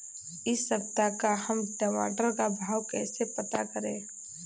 इस सप्ताह का हम टमाटर का भाव कैसे पता करें?